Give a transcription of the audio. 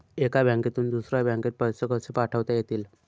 एका बँकेतून दुसऱ्या बँकेत पैसे कसे पाठवता येतील?